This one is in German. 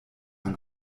man